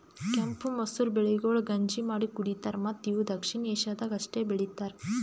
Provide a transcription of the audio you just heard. ಕೆಂಪು ಮಸೂರ ಬೆಳೆಗೊಳ್ ಗಂಜಿ ಮಾಡಿ ಕುಡಿತಾರ್ ಮತ್ತ ಇವು ದಕ್ಷಿಣ ಏಷ್ಯಾದಾಗ್ ಅಷ್ಟೆ ಬೆಳಿತಾರ್